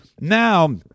now